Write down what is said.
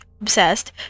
obsessed